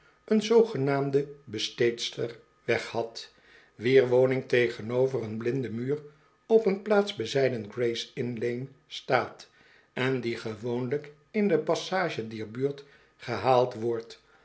een zoogenaamde besteedster weg had wier woning tegenover een blinden muur op een plaats bezijden grays innlane staat en die gewoonlijk in de passage dier buurt gehaald wordt